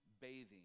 bathing